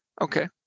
Okay